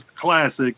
classic